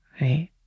right